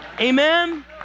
Amen